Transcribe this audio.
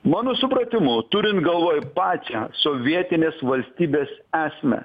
mano supratimu turint galvoj pačią sovietinės valstybės esmę